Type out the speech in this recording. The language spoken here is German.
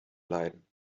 leiden